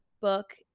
book